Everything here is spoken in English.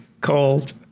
cold